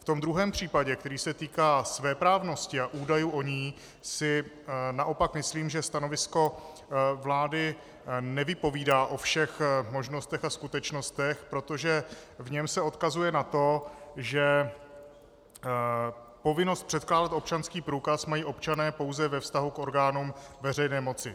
Ve druhém případě, který se týká svéprávnosti a údajů o ní, si naopak myslím, že stanovisko vlády nevypovídá o všech možnostech a skutečnostech, protože se v něm odkazuje na to, že povinnost předkládat občanský průkaz mají občané pouze ve vztahu k orgánům veřejné moci.